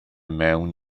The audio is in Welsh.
mewn